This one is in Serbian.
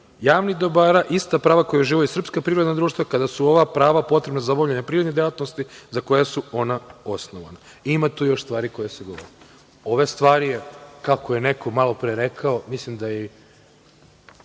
javnih dobara ista prava koja uživaju srpska privredna društva kada su ova prava potrebna za obavljanje privrednih delatnosti za koja su ona osnovana. Ima tu još stvari o kojima se govori. Ova stvar je, kako je neko malopre rekao, mislim da je